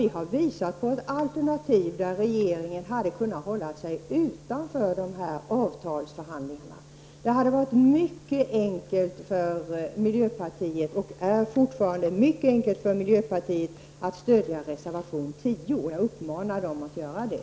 Vi har visat på ett alterna tiv, som innebär att regeringen hade kunnat hålla sig utanför dessa avtalsförhandlingar. Det hade varit mycket enkelt för miljöpartiet, och är det fortfarande, att stödja reservation 10. Jag uppmanar miljöpartiet att göra det.